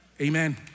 Amen